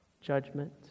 judgment